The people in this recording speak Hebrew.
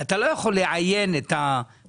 אתה לא יכול לעיין את החוק,